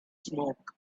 smoke